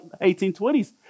1820s